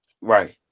Right